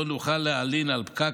לא נוכל להלין על פקק,